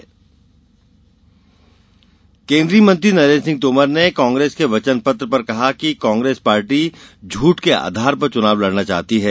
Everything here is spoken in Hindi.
वचनपत्र बयान केन्द्रीय मंत्री नरेन्द्र सिंह तोमर ने कांग्रेस के वचनपत्र पर कहा है कि कांग्रेस पार्टी झूठ के आधार पर चुनाव लड़ना चाहती है